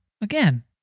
Again